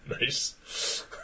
Nice